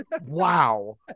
Wow